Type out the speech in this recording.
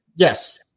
Yes